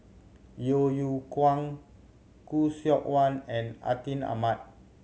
Yeo Yeow Kwang Khoo Seok Wan and Atin Amat